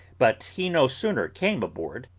but he no sooner came aboard,